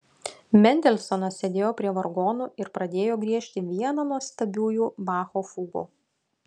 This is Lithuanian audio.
mendelsonas sėdo prie vargonų ir pradėjo griežti vieną nuostabiųjų bacho fugų